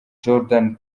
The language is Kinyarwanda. jordan